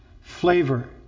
flavor